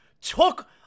Took